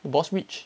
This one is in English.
boss rich